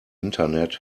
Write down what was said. internet